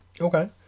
Okay